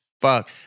fuck